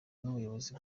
n’ubuyobozi